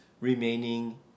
remaining